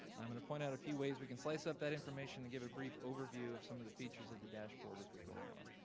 i'm gonna point out a few ways we can slice up that information and give a brief overview of some of the features of the dashboard as we go along.